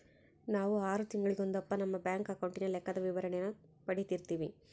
ನಾವು ಆರು ತಿಂಗಳಿಗೊಂದಪ್ಪ ನಮ್ಮ ಬ್ಯಾಂಕ್ ಅಕೌಂಟಿನ ಲೆಕ್ಕದ ವಿವರಣೇನ ಪಡೀತಿರ್ತೀವಿ